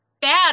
bad